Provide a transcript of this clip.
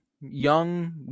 young